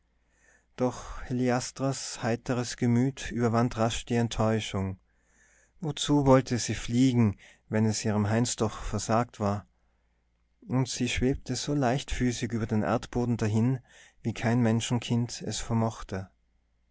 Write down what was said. doch heliastras heiteres gemüt überwand rasch die enttäuschung zu was wollte sie fliegen wenn es ihrem heinz doch versagt war und sie schwebte so leichtfüßig über den erdboden dahin wie kein menschenkind es vermochte